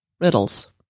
riddles